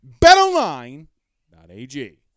BetOnline.ag